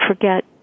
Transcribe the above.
forget